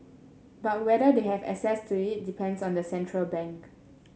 but whether they have access to it depends on the central bank